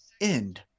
end